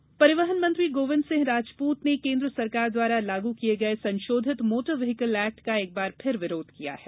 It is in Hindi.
मोटर व्हीकल एक्ट परिवहन मंत्री गोविंद सिंह राजपूत ने केंद्र सरकार द्वारा लागू किए गए संशोधित मोटर व्हीकल एक्ट का एक बार फिर विरोध किया है